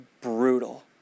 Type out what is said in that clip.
brutal